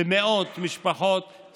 במאות משפחות,